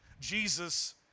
Jesus